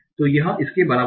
तो यह इसके बराबर होगा